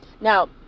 Now